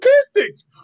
Statistics